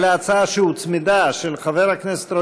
ההצעה להעביר את הצעת חוק